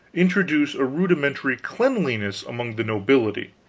introduce a rudimentary cleanliness among the nobility,